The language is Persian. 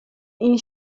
این